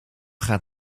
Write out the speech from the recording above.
gaat